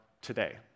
today